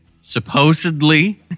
supposedly